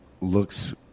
Looks